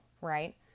right